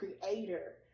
creator